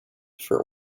for